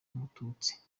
umututsi